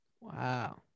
Wow